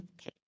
Okay